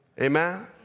Amen